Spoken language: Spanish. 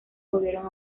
volvieron